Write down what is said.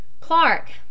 Clark